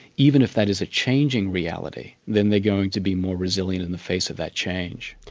even if that is a changing reality, then they're going to be more resilient in the face of that change.